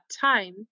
time